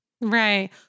Right